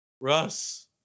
Russ